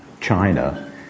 China